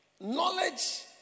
knowledge